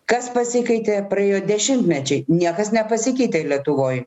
kas pasikeitė praėjo dešimtmečiai niekas nepasikeitė ir lietuvoj